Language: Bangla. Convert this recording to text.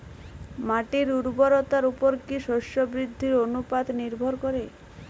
মাটির উর্বরতার উপর কী শস্য বৃদ্ধির অনুপাত নির্ভর করে?